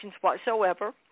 whatsoever